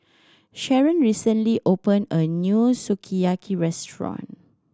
Sharon recently opened a new Sukiyaki Restaurant